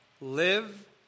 Live